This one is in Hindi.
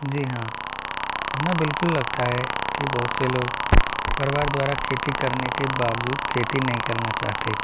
जी हां हमें बिल्कुल लगता है की बहुत से लोग परिवार द्वारा खेती करने के बाबजूद खेती नहीं करना चाहते